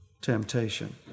temptation